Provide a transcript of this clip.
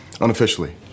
unofficially